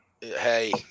Hey